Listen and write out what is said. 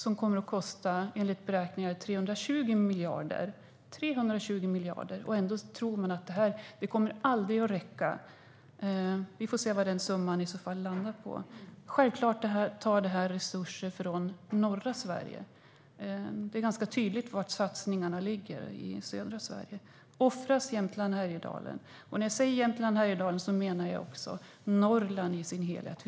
De kommer att kosta enligt beräkningar 320 miljarder. Ändå tror man att pengarna aldrig kommer att räcka. Vi får se vad summan landar på. Självklart tar det här resurser från norra Sverige. Det är ganska tydligt att satsningarna ligger i södra Sverige. Offras Jämtland och Härjedalen? När jag säger Jämtland och Härjedalen menar jag också Norrland i sin helhet.